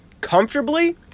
comfortably